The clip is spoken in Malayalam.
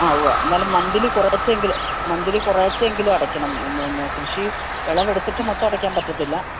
ആ ഉവ്വ എന്നാലും മന്ത്ലി കുറേശ്ശെയെങ്കിലും മന്ത്ലി കുറേശ്ശെയെങ്കിലും അടയ്ക്കണം കൃഷി വിളവ് എടുത്തിട്ടു മൊത്തം അടയ്ക്കാൻ പറ്റത്തില്ല